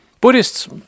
Buddhists